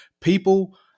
People